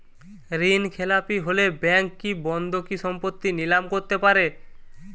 ঋণখেলাপি হলে ব্যাঙ্ক কি বন্ধকি সম্পত্তি নিলাম করতে পারে?